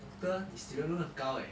doctor 你 student loan 很高 eh